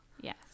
Yes